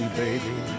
baby